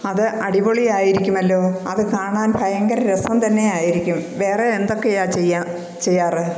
അത് അടിപൊളി ആയിരിക്കുമല്ലോ അത് കാണാൻ ഭയങ്കര രസം തന്നെയായിരിക്കും വേറെ എന്തൊക്കെയാ ചെയ്യാ ചെയ്യാറ്